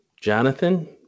Jonathan